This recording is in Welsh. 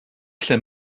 lle